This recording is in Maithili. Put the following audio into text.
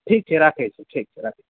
ठीक छै राखै छी ठीक छै राखू